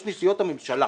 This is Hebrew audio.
יש נסיעות הממשלה.